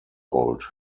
old